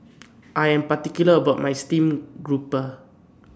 I Am particular about My Steamed Grouper